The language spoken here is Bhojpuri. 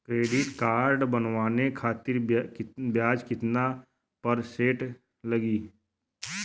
क्रेडिट कार्ड बनवाने खातिर ब्याज कितना परसेंट लगी?